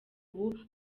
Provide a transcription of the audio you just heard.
ubu